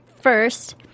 first